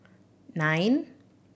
nine